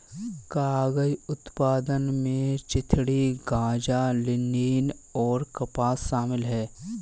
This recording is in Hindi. कागज उत्पादन में चिथड़े गांजा लिनेन और कपास शामिल है